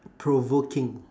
provoking